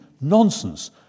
nonsense